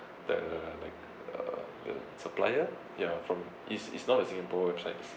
the like uh the supplier ya from is is not a singapore websites it's